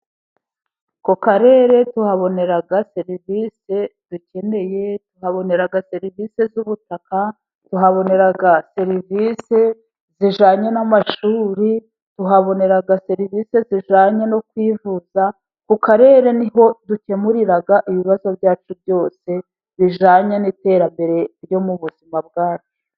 Ku karere tuhabonera serivisi dukeneye, tuhabonera serivisi z'ubutaka, tuhabonera serivisi zijyanye n'amashuri, tuhabonera serivisi zijyanye zo kwivuza. Ku Karere ni ho dukemurira ibibazo byacu byose bijyanye n'iterambere ryo mu buzima bwacu.